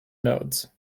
nodules